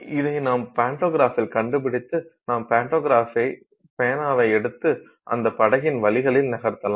இதை நாம் பாண்டோகிராஃபில் கண்டுபிடித்து நாம் பாண்டோகிராப்பின் பேனாவை எடுத்து இந்த படகின் வழிகளில் நகர்த்தலாம்